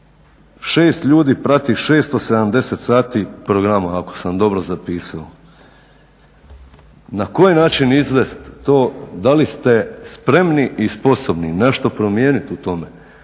šest ljudi prati 670 sati programa ako sam dobro zapisao. Na koji način izvest to da li ste spremni i sposobni nešto promijenit u tome